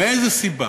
מאיזו סיבה?